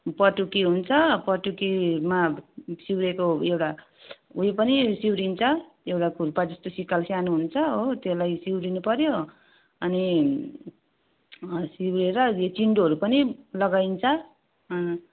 पटुकी हुन्छ पटुकीमा सिउरेको एउटा उयो पनि सिउरिन्छ एउटा खुर्पा जस्तो सिक्कल सानो हुन्छ हो त्यसलाई सिउरिनु पऱ्यो अनि सिउरेर चिन्डोहरू पनि लगाइन्छ